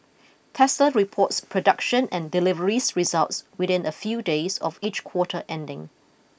Tesla reports production and deliveries results within a few days of each quarter ending